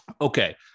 okay